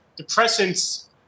depressants